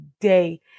day